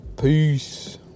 peace